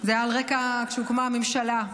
זה היה על רקע הקמת הממשלה,